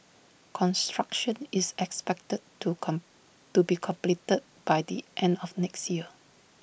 construction is expected to come to be completed by the end of next year